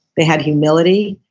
they had humility,